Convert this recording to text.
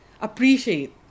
appreciate